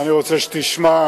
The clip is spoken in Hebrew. אני רוצה שתשמע.